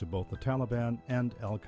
to both the taliban and al